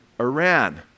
Iran